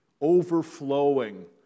overflowing